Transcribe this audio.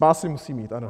Pásy musí mít, ano.